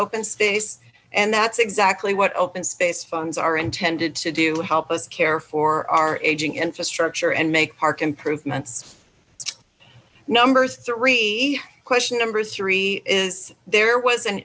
open space and that's exactly what open space funds are intended to do help us care for our aging infrastructure and make park improvements number three question number three is there was